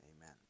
Amen